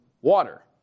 water